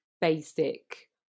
basic